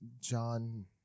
John